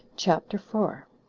chapter four.